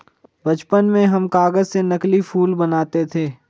बचपन में हम कागज से नकली फूल बनाते थे